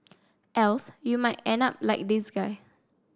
else you might end up like this guy